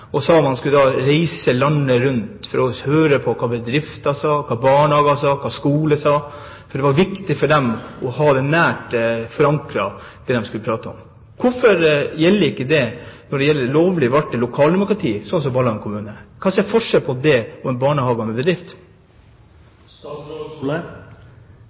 sa man skulle reise landet rundt for å høre hva bedrifter, barnehager og skoler sa, for det var viktig for dem å ha nært forankret det de skulle prate om. Hvorfor gjelder ikke det det lovlig valgte lokaldemokratiet, slik som Ballangen kommune? Hva er forskjellen på det og en barnehage